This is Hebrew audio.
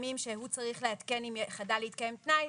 ימים שהוא צריך לעדכן אם חדל להתקיים תנאי.